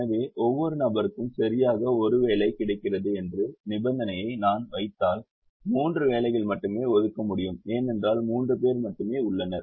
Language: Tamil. எனவே ஒவ்வொரு நபருக்கும் சரியாக 1 வேலை கிடைக்கிறது என்ற நிபந்தனையை நாம் வைத்தால் 3 வேலைகள் மட்டுமே ஒதுக்க முடியும் ஏனென்றால் 3 பேர் மட்டுமே உள்ளனர்